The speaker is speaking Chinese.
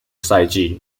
赛季